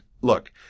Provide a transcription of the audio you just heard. look—